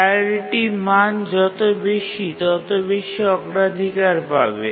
priority মান যত বেশি তত বেশি অগ্রাধিকার পাবে